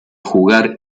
jugar